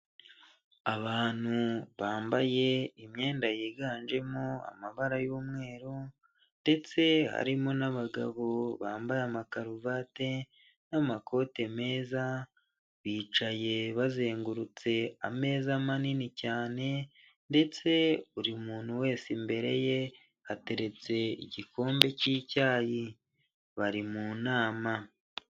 Abantu bambaye imyenda yiganjemo amabara y'umweru ndetse harimo n'abagabo bambaye amakaruvati n'amakote meza bicaye bazengurutse ameza manini cyane ndetse buri muntu wese imbere ye hateretse igikombe cy'icyayi bari mu nama.